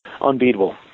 unbeatable